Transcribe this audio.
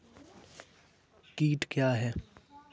कीट क्या है?